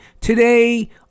today